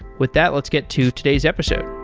with that, let's get to today's episode.